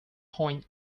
point